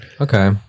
okay